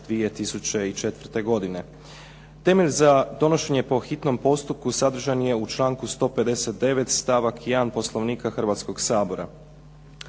2004. godine. Temelj za donošenje po hitnom postupku sadržan je u članku 159. stavak 1. Poslovnika Hrvatskog sabora.